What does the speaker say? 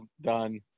done